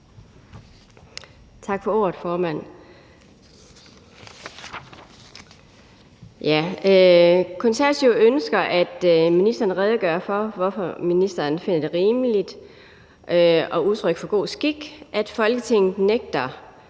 Tak for ordet, formand.